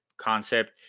Concept